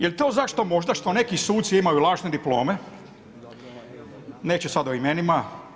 Jel to zašto možda što neki suci imaju lažne diplome, neću sad o imenima.